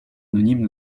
anonyme